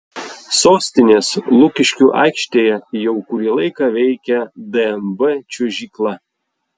sostinės lukiškių aikštėje jau kurį laiką veikia dnb čiuožykla